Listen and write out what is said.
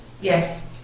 yes